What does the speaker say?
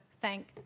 thank